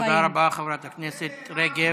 תודה רבה, חברת הכנסת רגב.